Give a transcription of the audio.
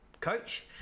coach